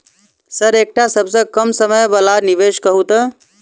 Sir एकटा सबसँ कम समय वला निवेश कहु तऽ?